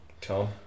Tom